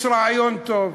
יש רעיון טוב,